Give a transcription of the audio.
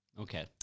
Okay